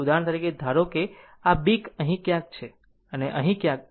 ઉદાહરણ તરીકે ધારો કે જો B અહીં ક્યાંક છે અને A અહીં ક્યાંક છે